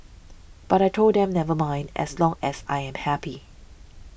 but I told them never mind as long as I am happy